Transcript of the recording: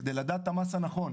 כדי לדעת את המס הנכון,